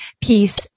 peace